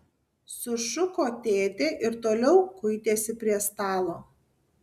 sušuko tėtė ir toliau kuitėsi prie stalo